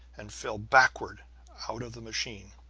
and fell backward out of the machine.